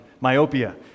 Myopia